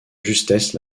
justesse